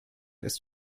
ist